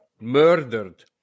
murdered